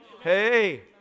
hey